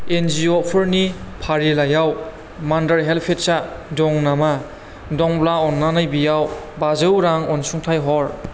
एनजिअफोरनि फारिलाइयाव मादार हेल्पेजा दं नामा दंब्ला अन्नानै बेयाव बाजौ रां अनसुंथाइ हर